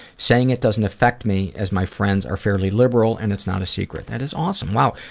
saying it doesn't affect me as my friends are fairly liberal and it's not a secret. that is awesome. wow!